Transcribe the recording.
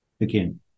again